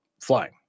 Flying